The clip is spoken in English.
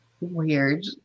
weird